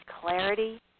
clarity